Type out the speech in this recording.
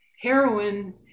heroin